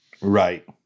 right